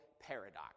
Paradox